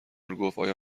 گفتآیا